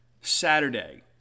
saturday